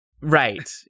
right